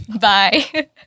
bye